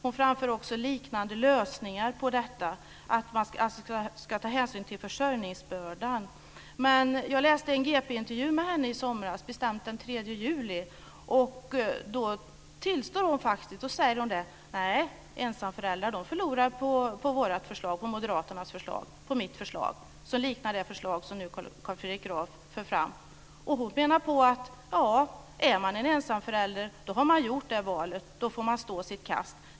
Hon framför också liknande lösningar, dvs. att man ska ta hänsyn till försörjningsbördan. Jag läste en intervju i GP med henne i somras, det var bestämt den 3 juli. Där säger hon att ensamföräldrar förlorar på hennes förslag, som liknar det förslag som Carl Fredrik Graf nu för fram. Hon menar på att om man är en ensamförälder har man gjort det valet och får stå sitt kast.